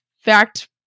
fact